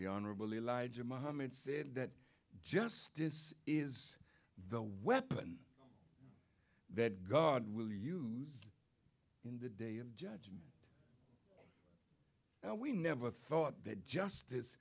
said that justice is the weapon that god will use in the day of judgment and we never thought that justice